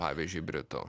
pavyzdžiui britų